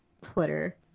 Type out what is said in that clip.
Twitter